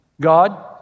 God